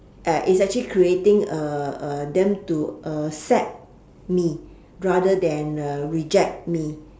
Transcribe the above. uh it's actually creating uh uh them to accept me rather than uh reject me